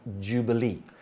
Jubilee